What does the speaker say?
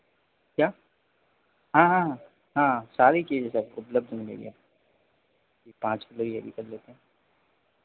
क्या हाँ हाँ हाँ सारी चीज़ें सर उपलब्ध मिलेंगी आपको जी पाँच किलो ये भी कर देते हैं